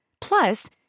Plus